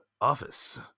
office